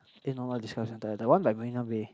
eh no not Discovery Centre the one by Marina Bay